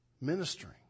ministering